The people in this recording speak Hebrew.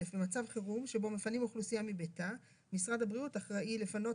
במצב חירום שבו מפנים אוכלוסייה מביתה משרד הבריאות אחראי לפנות